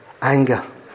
anger